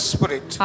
Spirit